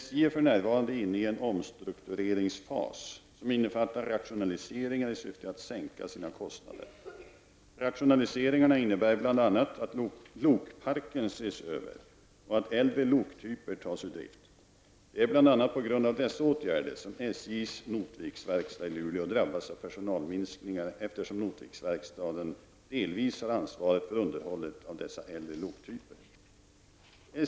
SJ är för närvarande inne i en omstruktureringsfas som innefattar rationaliseringar i syfte att sänka SJs kostnader. Rationaliseringarna innebär bl.a. att lokparken ses över och att äldre loktyper tas ur drift. Det är bl.a. på grund av dessa åtgärder som SJs Notviksverkstad i Luleå drabbas av personalminskningar, eftersom Notviksverkstaden delvis har ansvarat för underhållet av dessa äldre loktyper.